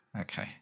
Okay